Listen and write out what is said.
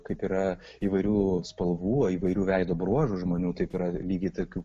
kaip yra įvairių spalvų įvairių veido bruožų žmonių taip yra lygiai tokių